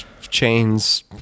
Chains